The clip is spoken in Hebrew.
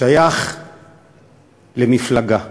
שייך למפלגה.